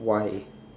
why